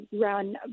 run